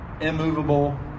immovable